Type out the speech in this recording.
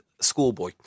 schoolboy